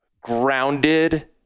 grounded